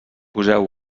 poseu